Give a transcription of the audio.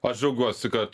aš džiaugiuosi kad